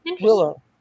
willow